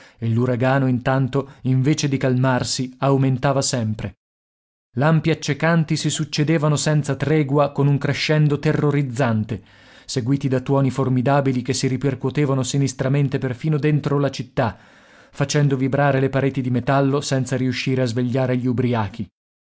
l'uragano intanto invece di calmarsi aumentava sempre lampi accecanti si succedevano senza tregua con un crescendo terrorizzante seguiti da tuoni formidabili che si ripercuotevano sinistramente perfino dentro la città facendo vibrare le pareti di metallo senza riuscire a svegliare gli ubriachi